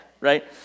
right